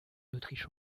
l’autriche